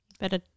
Better